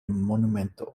monumento